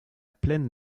plaine